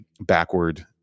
backward